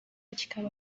kikaba